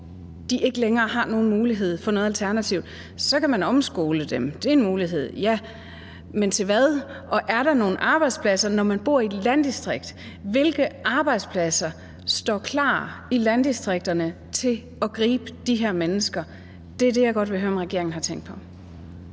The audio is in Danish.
har ikke længere nogen mulighed for noget alternativ. Så kan man omskole dem. Det er en mulighed, ja, men til hvad? Og er der nogen arbejdspladser, når man bor i et landdistrikt? Hvilke arbejdspladser står klar i landdistrikterne til at gribe de her mennesker? Det er det, jeg godt vil høre om regeringen har tænkt på.